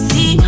See